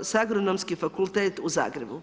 za Agronomski fakultet u Zagrebu.